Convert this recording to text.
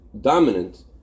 dominant